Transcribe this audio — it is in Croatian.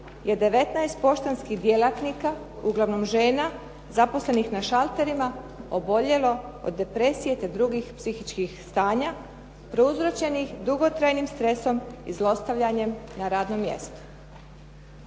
je 19 poštanskih djelatnika uglavnom žena zaposlenih na šalterima oboljelo od depresije te drugih psihičkih stanja, prouzročenim dugotrajnim stresom i zlostavljanjem na radnom mjestu.